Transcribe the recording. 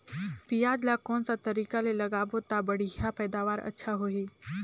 पियाज ला कोन सा तरीका ले लगाबो ता बढ़िया पैदावार अच्छा होही?